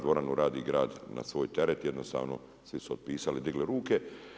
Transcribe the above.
Dvoranu radi grad na svoj teret, jednostavno svi su otpisali, digli ruke.